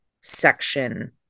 section